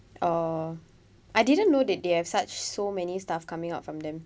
oh I didn't know that they have such so many stuff coming out from them